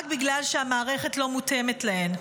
רק בגלל שהמערכת לא מותאמת אליהן.